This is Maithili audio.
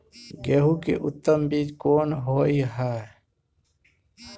गेहूं के उत्तम बीज कोन होय है?